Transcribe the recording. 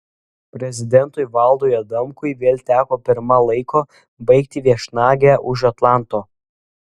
prezidentui valdui adamkui vėl teko pirma laiko baigti viešnagę už atlanto